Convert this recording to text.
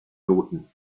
noten